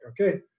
okay